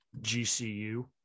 GCU